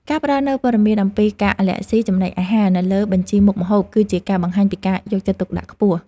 ការផ្តល់នូវព័ត៌មានអំពីការអាឡែស៊ីចំណីអាហារនៅលើបញ្ជីមុខម្ហូប គឺជាការបង្ហាញពីការយកចិត្តទុកដាក់ខ្ពស់។